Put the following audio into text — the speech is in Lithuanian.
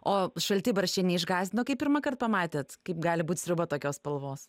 o šaltibarščiai neišgąsdino kai pirmąkart pamatėt kaip gali būt sriuba tokios spalvos